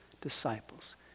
disciples